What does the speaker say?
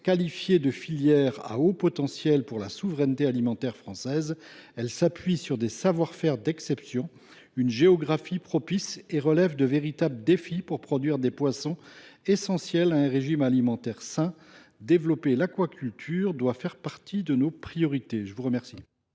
Qualifiée de secteur à haut potentiel pour la souveraineté alimentaire française, l’aquaculture s’appuie sur des savoir faire d’exception et sur une géographie propice. Elle relève de véritables défis pour élever les poissons essentiels à un régime alimentaire sain. Développer l’aquaculture doit donc faire partie de nos priorités. Quel